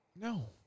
no